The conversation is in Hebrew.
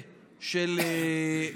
ואני אומר את זה גם לליברמן ולישראל ביתנו,